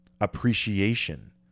appreciation